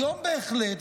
היום בהחלט,